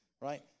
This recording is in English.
right